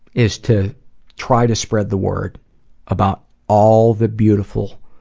is to try to spread the word about all the beautiful